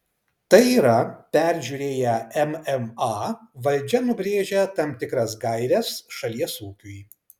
tai yra peržiūrėję mma valdžia nubrėžia tam tikras gaires šalies ūkiui